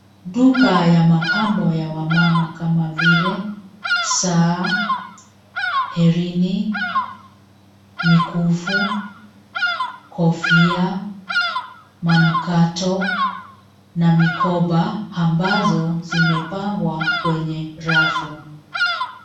Duka ya mapambo ya wamama kama vile saa, herini, mikufu, kofia, manukato, na mikoba, ambazo zimepangwa kwenye rafu.